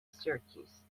syracuse